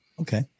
Okay